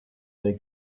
they